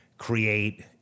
create